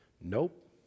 Nope